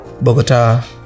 Bogota